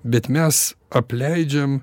bet mes apleidžiam